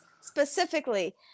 specifically